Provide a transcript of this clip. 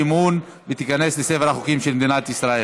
וייכנס לספר החוקים של מדינת ישראל.